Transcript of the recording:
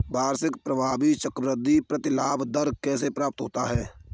वार्षिक प्रभावी चक्रवृद्धि प्रतिलाभ दर कैसे प्राप्त होता है?